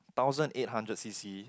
thousand eight hundred C_C